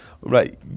Right